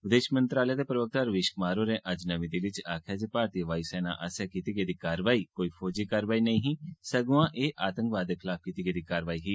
विदेष मंत्रालय दे प्रवक्ता रवीष कुमार होरें अज्ज नमीं दिल्ली च आक्खेआ जे भारती वायू सेना आस्सेआ कीती गेदी कारवाई कोई फौजी कारवाई नेही सगुआं ऐ आतंकवाद दे खिलाफ कीती गेई कारवाई ही